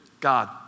God